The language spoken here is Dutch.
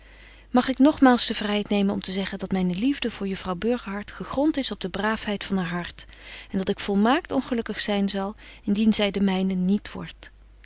mag ik nogmaals de vryheid nemen om te zeggen dat myne liefde voor juffrouw burgerhart gegront is op de braafheid van haar hart en dat ik volmaakt ongelukkig zyn zal indien zy de myne niet wordt